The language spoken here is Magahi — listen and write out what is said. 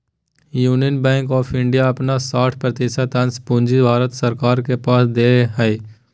यूनियन बैंक ऑफ़ इंडिया अपन साठ प्रतिशत अंश पूंजी भारत सरकार के पास दे हइ